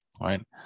right